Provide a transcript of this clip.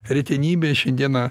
retenybė šiandieną